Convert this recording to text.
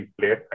played